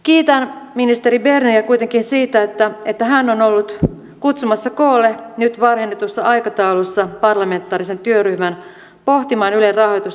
kiitän ministeri berneriä kuitenkin siitä että hän on ollut kutsumassa koolle nyt varhennetussa aikataulussa parlamentaarisen työryhmän pohtimaan ylen rahoitusta ja tehtävää